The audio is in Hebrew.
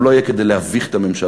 הוא לא יהיה כדי להביך את הממשלה,